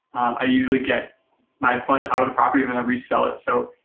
i usually get my funds out of the property then i resell it. so,